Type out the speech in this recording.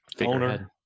owner